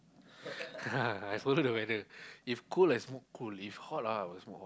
must follow the whether if cold I smoke cold if hot ah I will smoke hot